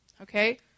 Okay